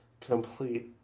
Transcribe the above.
complete